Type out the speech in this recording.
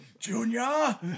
Junior